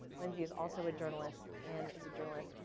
lindsey is also a journalist, anne is a journalist,